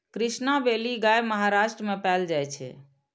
Krishna valley गाय महाराष्ट्र मे पाएल जाइ छै